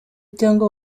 cyangwa